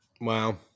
Wow